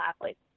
athletes